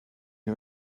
you